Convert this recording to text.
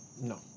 No